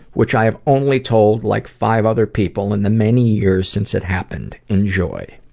which i have only told, like, five other people in the many years since it happened. enjoy.